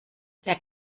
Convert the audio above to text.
der